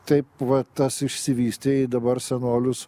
taip va tas išsivystė į dabar senolius